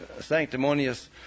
sanctimonious